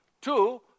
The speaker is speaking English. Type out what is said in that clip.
Two